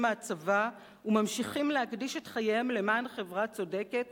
מהצבא וממשיכים להקדיש את חייהם למען חברה צודקת,